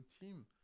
team